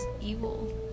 evil